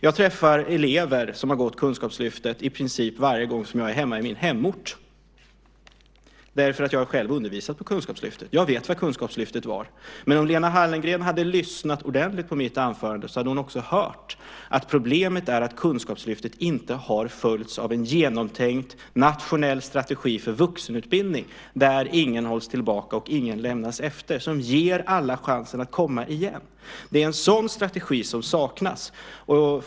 Jag träffar elever som har gått i Kunskapslyftet i princip varje gång som jag är i min hemort, därför att jag själv har undervisat i Kunskapslyftet. Jag vet vad Kunskapslyftet var. Men om Lena Hallengren hade lyssnat ordentligt på mitt anförande hade hon också hört att problemet är att Kunskapslyftet inte har följts av en genomtänkt nationell strategi för vuxenutbildning där ingen hålls tillbaka och ingen lämnas efter, som ger alla chansen att komma igen. Det är en sådan strategi som saknas.